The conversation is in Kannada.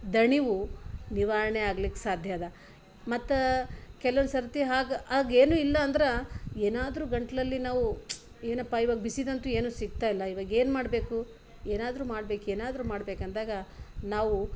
ದಣಿವು ನಿವಾರಣೆ ಆಗ್ಲಿಕ್ಕೆ ಸಾಧ್ಯ ಅದ ಮತ್ತು ಕೆಲವು ಸರ್ತಿ ಹಾಗೆ ಆಗ ಏನೂ ಇಲ್ಲ ಅಂದ್ರೆ ಏನಾದರೂ ಗಂಟಲಲ್ಲಿ ನಾವು ಏನಪ್ಪ ಇವಾಗ ಬಿಸಿದಂತೂ ಏನು ಸಿಗ್ತಾ ಇಲ್ಲ ಇವಾಗ ಏನ್ಮಾಡಬೇಕು ಏನಾದರೂ ಮಾಡ್ಬೇಕು ಏನಾದರೂ ಮಾಡ್ಬೇಕು ಅಂದಾಗ ನಾವು